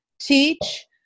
teach